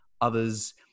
Others